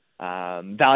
value